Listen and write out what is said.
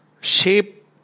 shape